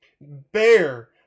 bear